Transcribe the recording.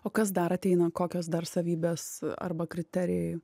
o kas dar ateina kokios dar savybės arba kriterijai